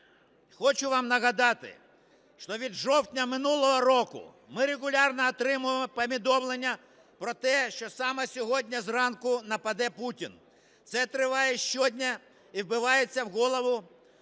хочу вам нагадати, що від жовтня минулого року ми регулярно отримуємо повідомлення про те, що саме сьогодні зранку нападе Путін. Це триває щодня і вбивається в голову